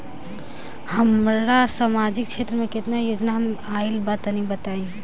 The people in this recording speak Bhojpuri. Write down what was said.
हमरा समाजिक क्षेत्र में केतना योजना आइल बा तनि बताईं?